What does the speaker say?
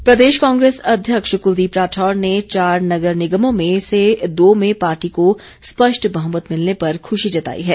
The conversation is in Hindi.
राठौर प्रदेश कांग्रेस अध्यक्ष कुलदीप राठौर ने चार नगर निगमों में से दो में पार्टी को स्पष्ट बहुमत मिलने पर खुशी जताई है